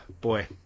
boy